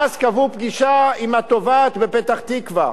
ואז קבעו פגישה עם התובעת בפתח-תקווה.